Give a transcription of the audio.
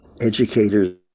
educators